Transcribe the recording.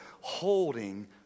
holding